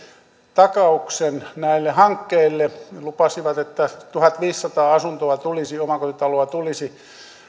takauksen näille hankkeille lupasivat että tuhatviisisataa asuntoa omakotitaloa tulisi